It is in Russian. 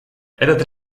это